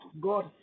God